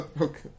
Okay